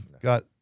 Got